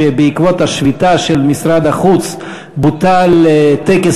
שבעקבות השביתה של משרד החוץ בוטל טקס